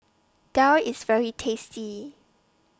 Daal IS very tasty